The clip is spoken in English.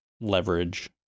leverage